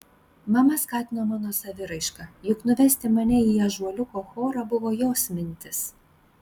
mama skatino mano saviraišką juk nuvesti mane į ąžuoliuko chorą buvo jos mintis